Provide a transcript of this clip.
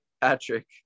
Patrick